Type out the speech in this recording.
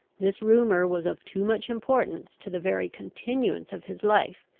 this rumour was of too much importance to the very continuance of his life,